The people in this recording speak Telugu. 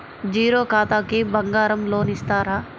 జీరో ఖాతాకి బంగారం లోన్ ఇస్తారా?